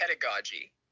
pedagogy